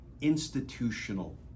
institutional